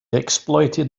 exploited